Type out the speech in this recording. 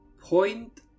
point